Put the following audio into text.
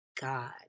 God